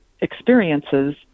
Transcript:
experiences